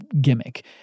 gimmick